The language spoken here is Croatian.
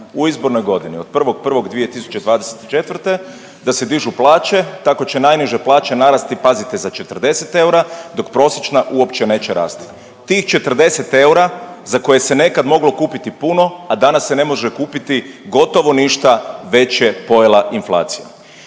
u izbornoj godini od 1.1.2024. da se dižu plaće, tako će najniže plaće narasti pazite za 40 eura dok prosječna uopće neće rasti. Tih 40 eura za koje se nekad moglo kupiti puno, a danas se ne može kupiti gotovo ništa već je pojela inflacija.